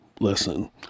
Listen